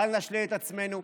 בל נשלה את עצמנו,